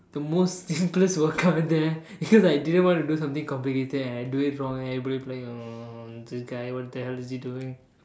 the most simplest workout there because I didn't want to do something complicated and I do this wrong then everybody will be this guy what the hell is he doing